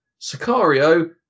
Sicario